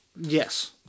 Yes